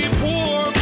poor